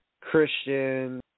Christian